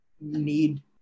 need